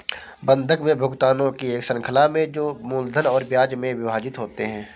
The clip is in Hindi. बंधक में भुगतानों की एक श्रृंखला में जो मूलधन और ब्याज में विभाजित होते है